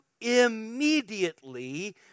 Immediately